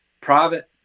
private